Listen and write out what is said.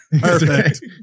Perfect